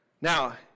Now